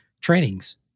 trainings